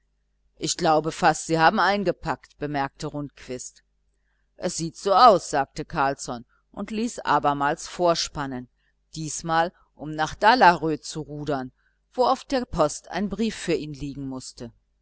ich glaube fast sie haben eingepackt bemerkte rundquist es sieht so aus sagte carlsson und ließ abermals vorspannen diesmal um nach dalarö zu rudern wo auf der post ein brief für ihn liegen mußte